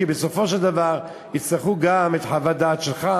כי בסופו של דבר יצטרכו גם את חוות הדעת שלך,